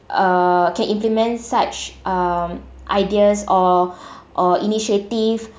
uh can implement such um ideas or or initiative